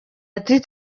ati